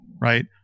right